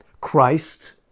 Christ